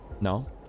No